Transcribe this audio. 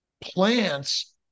plants